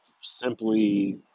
simply